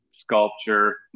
sculpture